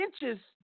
inches